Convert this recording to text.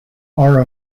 are